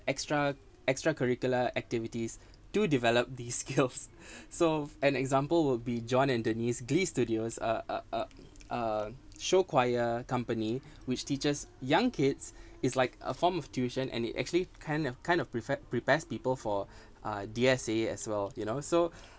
extra extracurricular activities to develop these skills so an example will be john and denise glee studios uh uh uh show choir company which teaches young kids is like a form of tuition and it actually kind of kind of prefect prepares people for a D_S_A as well you know so